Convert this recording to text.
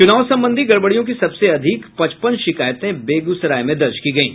चुनाव संबंधी गड़बड़ियों की सबसे अधिक पचपन शिकायतें बेगूसराय में दर्ज की गयी